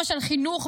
למשל חינוך,